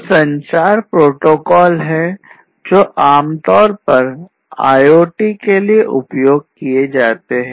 कुछ संचार प्रोटोकॉल हैं जो आमतौर पर IoT के लिए उपयोग किए जाते हैं